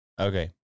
Okay